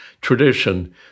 tradition